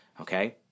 okay